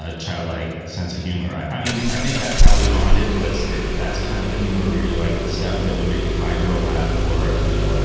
ah childlike sense of humor. i i mean, i think that's how we bonded was that that's kind of the humor. i really like the stuff that would make a five year old laugh or, you know, ah